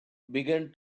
began